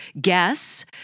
guess